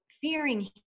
Fearing